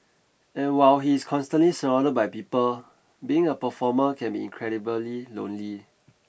and while he is constantly surrounded by people being a performer can be incredibly lonely